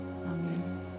Amen